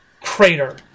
crater